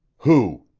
who?